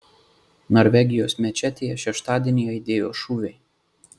norvegijos mečetėje šeštadienį aidėjo šūviai